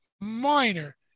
minor